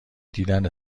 دیدن